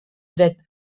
dret